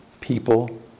people